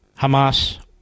Hamas